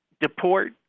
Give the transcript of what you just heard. deport